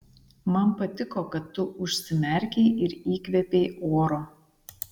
man patiko kad tu užsimerkei ir įkvėpei oro